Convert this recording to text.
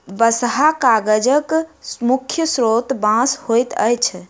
बँसहा कागजक मुख्य स्रोत बाँस होइत अछि